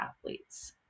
athletes